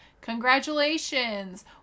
Congratulations